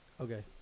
Okay